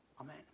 Amen